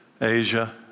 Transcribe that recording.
Asia